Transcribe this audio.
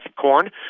corn